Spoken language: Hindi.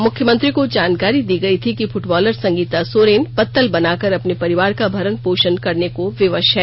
मुख्यमंत्री को जानकारी दी गयी थी कि फुटबॉलर संगीता सोरेन पत्तल बनाकर अपने परिवार का भरण पोषण करने को विवश है